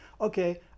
Okay